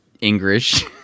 English